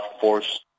force